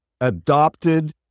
adopted